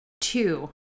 Two